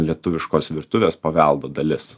lietuviškos virtuvės paveldo dalis